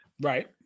Right